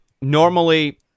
normally